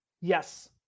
Yes